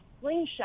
slingshot